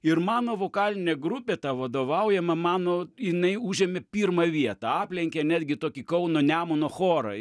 ir mano vokalinė grupė tą vadovaujama mano jinai užėmė pirmą vietą aplenkė netgi tokį kauno nemuno chorą